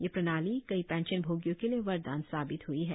यह प्रणाली कई पेंशन भोगियों के लिए वरदान साबित ह्ई है